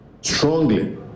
strongly